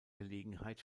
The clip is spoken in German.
gelegenheit